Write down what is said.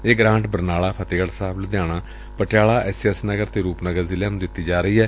ਇਹ grant Barnala Fatehgarh Sahib Ludhiana Patiala S A S Nagar ਅਤੇ ਰੂਪਨਗਰ ਜ਼ਿਲ੍ਹਿਆਂ ਨੂੰ ਦਿੱਤੀ ਜਾ ਰਹੀ ਏ